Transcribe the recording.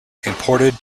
imported